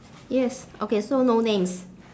yes okay so no names